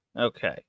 Okay